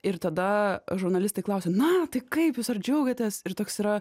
ir tada žurnalistai klausia na tai kaip jūs ar džiaugiatės ir toks yra